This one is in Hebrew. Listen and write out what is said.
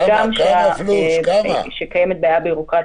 מה גם שקיימת בעיה בירוקרטית.